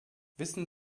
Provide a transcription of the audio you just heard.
wissen